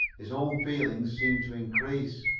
his own feelings seemed to increase.